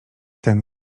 ten